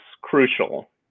crucial